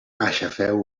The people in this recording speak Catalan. aixafeu